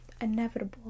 Inevitable